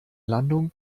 landung